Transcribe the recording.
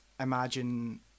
imagine